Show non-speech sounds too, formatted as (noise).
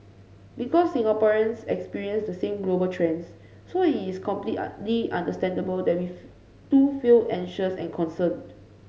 because Singaporeans experience the same global trends so it is completely (unintelligible) understandable that we too feel anxious and concerned